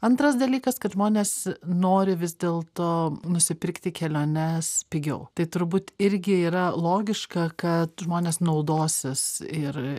antras dalykas kad žmonės nori vis dėl to nusipirkti keliones pigiau tai turbūt irgi yra logiška kad žmonės naudosis ir